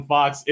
Fox